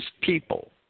people